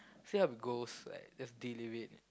still have goals like just deal with it